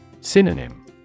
Synonym